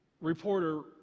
reporter